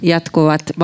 Jatkuvat